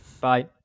Bye